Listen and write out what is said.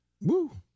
Woo